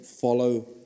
follow